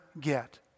get